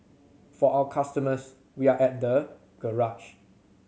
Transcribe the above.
for our customers we are at the garage